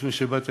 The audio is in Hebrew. לפני שבאתי,